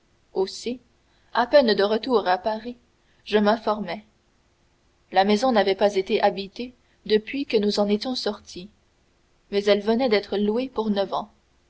aussi à peine de retour à paris je m'informai la maison n'avait pas été habitée depuis que nous en étions sortis mais elle venait d'être louée pour neuf ans